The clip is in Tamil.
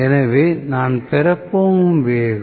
எனவே நான் பெறப்போகும் வேகம்